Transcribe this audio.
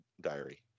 diary